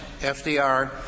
FDR